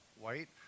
White